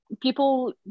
People